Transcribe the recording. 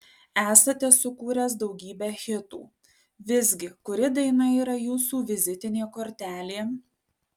esate sukūręs daugybę hitų visgi kuri daina yra jūsų vizitinė kortelė